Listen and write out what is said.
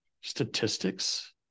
statistics